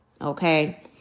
okay